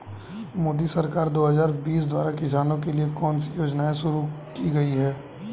मोदी सरकार दो हज़ार बीस द्वारा किसानों के लिए कौन सी योजनाएं शुरू की गई हैं?